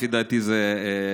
לפי דעתי זה טסלר,